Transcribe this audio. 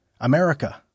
America